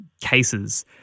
cases